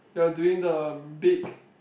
you're doing the big